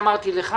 לך,